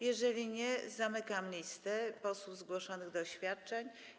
Jeżeli nie, zamykam listę posłów zgłoszonych do oświadczeń.